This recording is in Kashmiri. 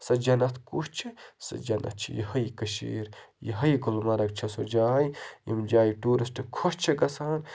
سۄ جَنتھ کُس چھِ سۄ جنت چھِ یِہے کٔشیٖر یِہے گُلمرگ چھِ سہ جاے یِم جایہِ ٹوٗرِسٹ خۄش چھِ گَژھان